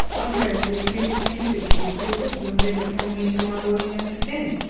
i'm going to refuse entry to you people. you're never coming into my boarding house again.